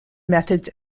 methods